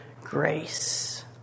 Grace